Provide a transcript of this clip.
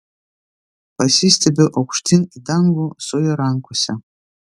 pasistiebiu aukštyn į dangų su juo rankose